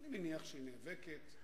ואני מניח שהיא נאבקת,